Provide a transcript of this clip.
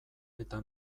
eta